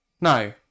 No